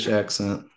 accent